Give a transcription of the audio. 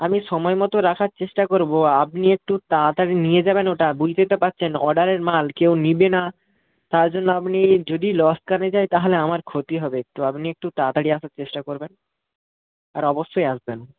আমি সময় মতো রাখার চেষ্টা করব আপনি একটু তাড়াতাড়ি নিয়ে যাবেন ওটা বুঝতেই তো পারছেন অর্ডারের মাল কেউ নেবে না তার জন্য আপনি যদি লোকসানে যায় তাহলে আমার ক্ষতি হবে একটু আপনি একটু তাড়াতাড়ি আসার চেষ্টা করবেন আর অবশ্যই আসবেন